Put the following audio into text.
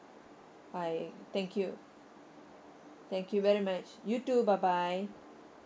I thank you thank you very much you too bye bye